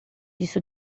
disse